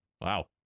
Wow